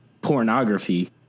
pornography